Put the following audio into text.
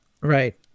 Right